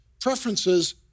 preferences